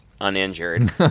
uninjured